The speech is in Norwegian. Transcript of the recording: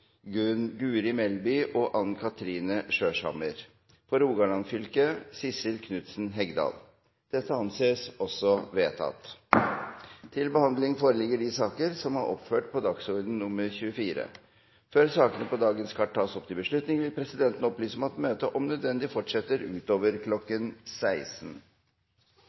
Guri Melby og Anne Kathrine Skjørshammer For Rogaland fylke: Sissel Knutsen Hegdal Før sakene på dagens kart tas opp til behandling, vil presidenten opplyse om at møtet, om nødvendig, fortsetter utover